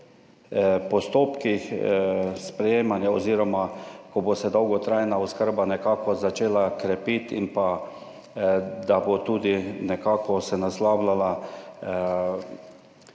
postopkih sprejemanja oziroma ko bo se dolgotrajna oskrba nekako začela krepiti in pa da bo tudi nekako se naslavljala,